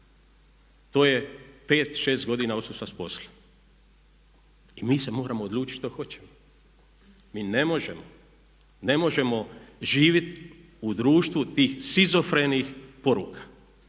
to je 5, 6 godina odsustva s posla. I mi se moramo odlučiti što hoćemo. Mi ne možemo živjeti u društvu tih shizofrenih poruka.